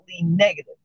negative